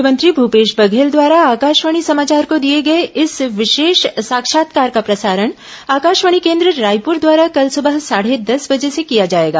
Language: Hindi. मुख्यमंत्री भूपेश बघेल द्वारा आकाशवाणी समाचार को दिए गए इस विशेष साक्षात्कार का प्रसारण आकाशवाणी केन्द्र रायपुर द्वारा कल सुबह साढ़े दस बजे से किया जाएगा